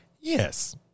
yes